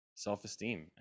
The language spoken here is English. self-esteem